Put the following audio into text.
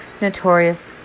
notorious